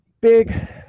Big